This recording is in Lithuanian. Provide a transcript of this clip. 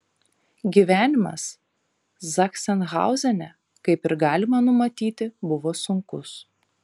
gyvenimas zachsenhauzene kaip ir galima numanyti buvo sunkus